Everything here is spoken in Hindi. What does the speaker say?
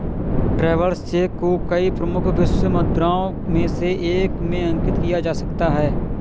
ट्रैवेलर्स चेक को कई प्रमुख विश्व मुद्राओं में से एक में अंकित किया जा सकता है